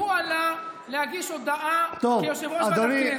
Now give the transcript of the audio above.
הוא עלה להגיש הודעה כיושב-ראש ועדת הכנסת,